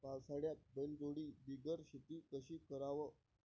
पावसाळ्यात बैलजोडी बिगर शेती कशी कराव?